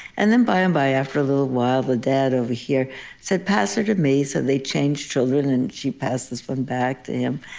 and then by and by after a little while, the dad over here said, pass her to me. so they changed children. and she passed this one back to him.